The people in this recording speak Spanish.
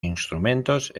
instrumentos